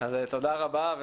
תודה רבה.